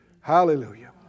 Hallelujah